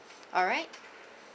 alright